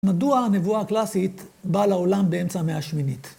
מדוע הנבואה הקלאסית באה לעולם באמצע המאה השמינית?